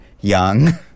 young